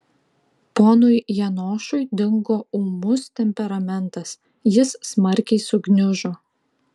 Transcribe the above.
ponui janošui dingo ūmus temperamentas jis smarkiai sugniužo